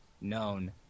known